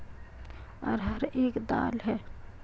अरहर एक दाल है